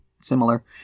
similar